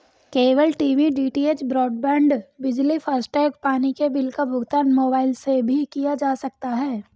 cable TV DTH, broadband, बिजली, FASTag, पानी के बिल का भुगतान मोबाइल से भी किया जा सकता है